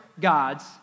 gods